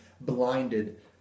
blinded